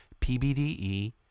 PBDE